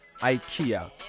IKEA